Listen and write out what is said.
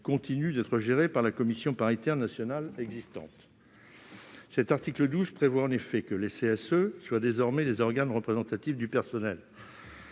continuent d'être gérées par la commission paritaire nationale existante. L'article 12 prévoit en effet que les CSE seront désormais des organes représentatifs du personnel.